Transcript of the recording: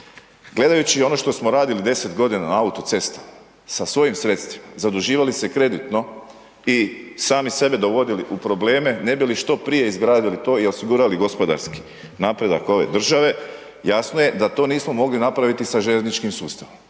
Gledajući ono što smo radili 10.g. na autocestama sa svojim sredstvima, zaduživali se kreditno i sami sebe dovodili u probleme ne bi li što prije izgradili to i osigurali gospodarski napredak ove države, jasno je da to nismo mogli napraviti sa željezničkim sustavom